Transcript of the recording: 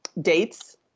dates